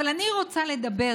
אבל אני רוצה לדבר,